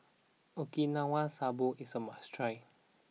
Okinawa Soba is a must try